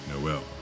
Noel